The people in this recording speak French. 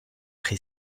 pré